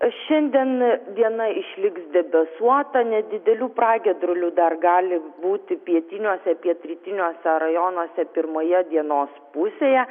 šiandien diena išliks debesuota nedidelių pragiedrulių dar gali būti pietiniuose pietrytiniuose rajonuose pirmoje dienos pusėje